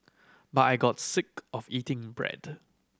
but I got sick of eating bread